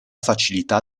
facilità